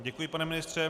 Děkuji, pane ministře.